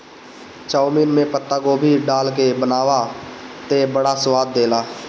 chowmein में पातगोभी डाल के बनावअ तअ बड़ा स्वाद देला